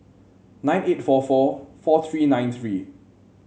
nine eight four four four three nine three